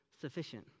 sufficient